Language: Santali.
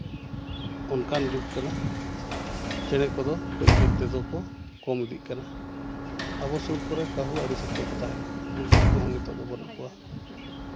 ᱚᱱᱠᱟᱱ ᱡᱩᱜᱽ ᱠᱟᱱᱟ ᱪᱮᱬᱮ ᱠᱚᱫᱚ ᱢᱤᱫ ᱢᱤᱫ ᱛᱮᱫᱚ ᱠᱚᱢ ᱤᱫᱤᱜ ᱠᱟᱱᱟ ᱟᱵᱚ ᱥᱩᱨᱼᱥᱩᱯᱩᱨ ᱠᱚᱨᱮ ᱠᱟᱹᱦᱩ ᱟᱹᱰᱤ ᱥᱚᱠᱛᱚ ᱠᱚ ᱛᱟᱦᱮᱱᱟ ᱩᱱᱠᱩ ᱠᱚᱦᱚᱸ ᱱᱤᱛᱚᱜ ᱫᱚ ᱵᱟᱹᱱᱩᱜ ᱠᱚᱣᱟ